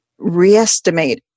reestimate